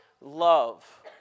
love